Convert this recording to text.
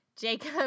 Jacob